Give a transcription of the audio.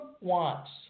wants